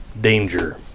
danger